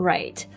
Right